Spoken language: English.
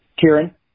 kieran